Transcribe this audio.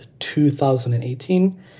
2018